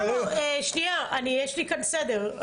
יש כאן סדר.